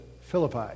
Philippi